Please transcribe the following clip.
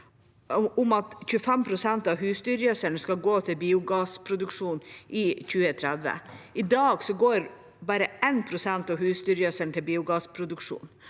om at 25 pst. av husdyrgjødselen skal gå til biogassproduksjon i 2030. I dag går bare 1 pst. av husdyrgjødselen til biogassproduksjon.